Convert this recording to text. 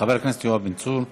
חבר הכנסת יואב בן צור מש"ס.